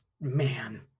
man